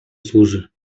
służy